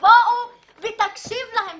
תגיד להם לבוא ותקשיב להם.